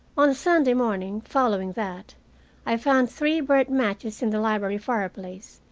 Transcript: on the sunday morning following that i found three burnt matches in the library fireplace,